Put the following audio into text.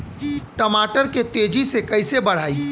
टमाटर के तेजी से कइसे बढ़ाई?